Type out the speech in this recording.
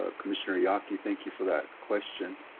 ah commissioner yaki, thank you for that question.